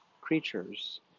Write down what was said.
creatures